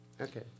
Okay